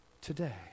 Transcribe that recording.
today